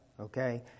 okay